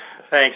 Thanks